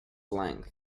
length